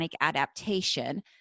adaptation